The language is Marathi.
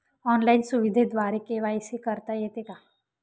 ऑनलाईन सुविधेद्वारे के.वाय.सी करता येते का?